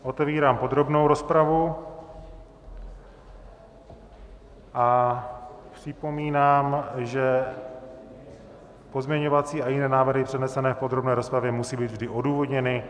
Otevírám podrobnou rozpravu a připomínám, že pozměňovací a jiné návrhy přednesené v podrobné rozpravě musí být vždy odůvodněny.